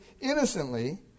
innocently